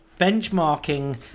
Benchmarking